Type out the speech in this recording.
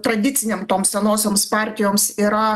tradicinėm tom senosioms partijoms yra